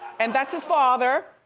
and that's his father.